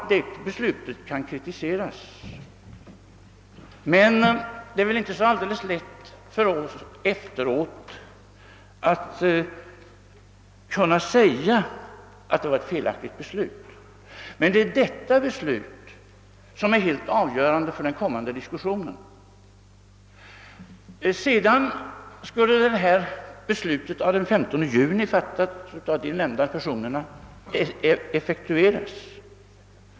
Det beslutet kan naturligtvis kritiseras, men det är väl inte så lätt för oss att efteråt säga att det var felaktigt. Det är emellertid detta beslut som är helt avgörande för den kommande diskussionen. Beslutet av den 15 juni, fattat av de nämnda personerna, skulle sedan effektueras.